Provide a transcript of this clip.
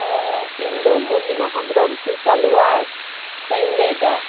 ᱚᱻ ᱤᱧ ᱫᱚ ᱢᱚᱞᱤᱱᱟ ᱦᱮᱢᱵᱨᱚᱢ ᱥᱳᱥᱟᱞ ᱚᱣᱟᱨᱠ ᱠᱷᱚᱱ ᱤᱧ ᱞᱟ ᱭ ᱮᱫᱟ